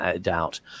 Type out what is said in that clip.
doubt